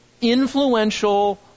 influential